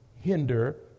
hinder